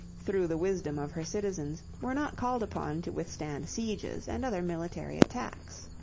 through the wisdom of her citizens, were not called upon to withstand sieges and other military attacks.